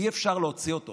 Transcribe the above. ואי-אפשר להוציא אותו